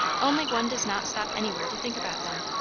only one does not stop anywhere to think about them,